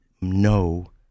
no